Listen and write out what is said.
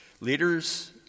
leaders